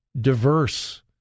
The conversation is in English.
diverse